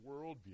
worldview